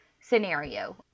scenario